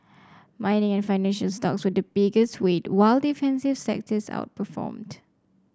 mining and financial stocks were the biggest weight while defensive sectors outperformed